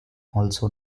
also